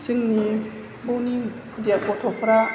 जोंनि बेनि खुदिया गथ'फ्रा